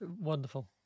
Wonderful